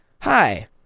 hi